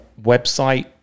website